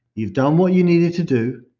you've done what you needed to do.